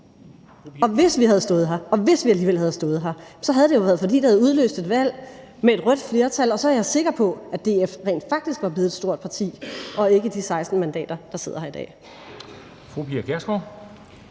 vi alligevel havde stået her, havde det jo været, fordi det havde udløst et valg og et rødt flertal, og så er jeg sikker på, at DF rent faktisk var blevet et stort parti og ikke de 16 mandater, der sidder her i dag. Kl.